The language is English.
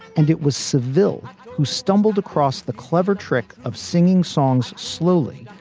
and it was civil who stumbled across the clever trick of singing songs slowly,